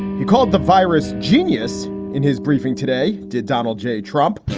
he called the virus genius in his briefing today. did donald j. trump?